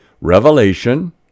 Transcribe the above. Revelation